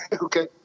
Okay